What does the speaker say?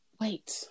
Wait